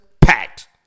Packed